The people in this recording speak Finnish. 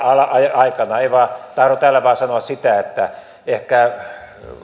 aikana tahdon tällä vain sanoa sitä että ehkä